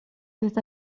det